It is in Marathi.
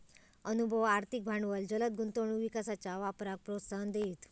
अनुभव, आर्थिक भांडवल जलद गुंतवणूक विकासाच्या वापराक प्रोत्साहन देईत